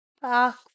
back